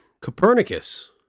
copernicus